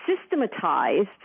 systematized